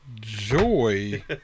joy